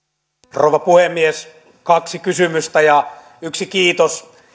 rouva puhemies kaksi kysymystä ja yksi kiitos